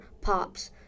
pops